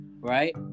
right